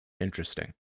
Interesting